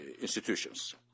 institutions